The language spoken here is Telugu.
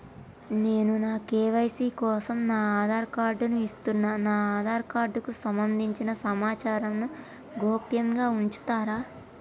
నేను నా కే.వై.సీ కోసం నా ఆధార్ కార్డు ను ఇస్తున్నా నా ఆధార్ కార్డుకు సంబంధించిన సమాచారంను గోప్యంగా ఉంచుతరా?